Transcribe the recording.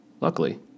Luckily